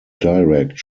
direct